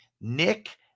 Nick